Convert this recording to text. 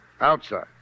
Outside